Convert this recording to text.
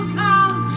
come